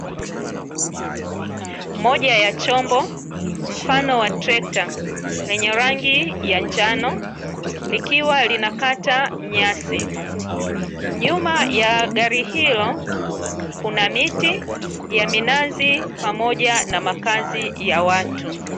Moja ya chombo, mfano wa trekta lenye rangi ya njano, likiwa linakata nyasi, nyuma ya gari hilo, kuna miti ya minazi, pamoja na makazi ya watu.